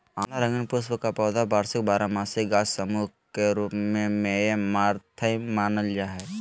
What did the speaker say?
आँवला रंगीन पुष्प का पौधा वार्षिक बारहमासी गाछ सामूह के रूप मेऐमारैंथमानल जा हइ